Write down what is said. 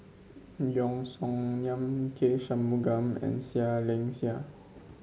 Yeo Song Nian K Shanmugam and Seah Liang Seah